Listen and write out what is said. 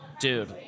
Dude